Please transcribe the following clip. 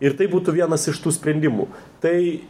ir tai būtų vienas iš tų sprendimų tai